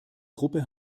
gruppe